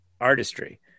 artistry